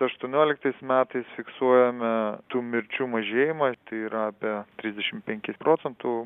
aštuonioliktais metais fiksuojame tų mirčių mažėjimą tai yra apie trisdešim penkis procentų